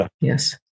Yes